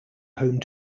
home